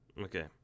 Okay